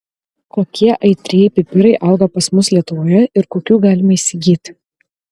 kokie aitrieji pipirai auga pas mus lietuvoje ir kokių galima įsigyti